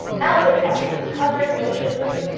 albatrosses hovered motionless,